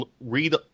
read